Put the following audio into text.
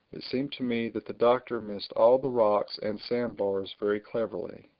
it seemed to me that the doctor missed all the rocks and sand-bars very cleverly.